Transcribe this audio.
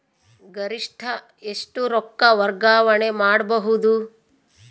ಗರಿಷ್ಠ ಎಷ್ಟು ರೊಕ್ಕ ವರ್ಗಾವಣೆ ಮಾಡಬಹುದು?